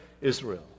Israel